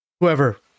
whoever